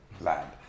land